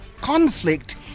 conflict